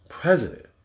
president